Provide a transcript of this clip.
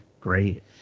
great